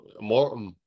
more